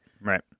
Right